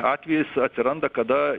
atvejis atsiranda kada